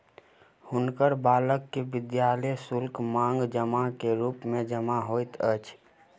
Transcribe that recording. हुनकर बालक के विद्यालय शुल्क, मांग जमा के रूप मे जमा होइत अछि